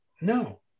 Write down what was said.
no